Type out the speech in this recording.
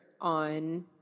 on